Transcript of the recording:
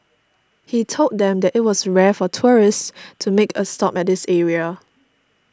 he told them that it was rare for tourists to make a stop at this area